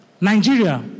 Nigeria